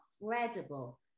incredible